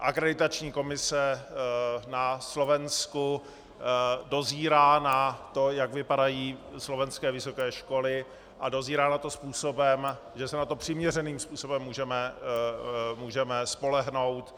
Akreditační komise na Slovensku dozírá na to, jak vypadají slovenské vysoké školy, a dozírá na to způsobem, že se na to přiměřeným způsobem můžeme spolehnout.